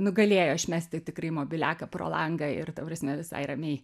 nu galėjo išmesti tikrai mobiliaką pro langą ir ta prasme visai ramiai